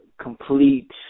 complete